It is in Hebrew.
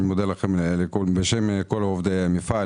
אני מודה לכם בשם כל עובדי המפעל